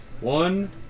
One